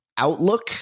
Outlook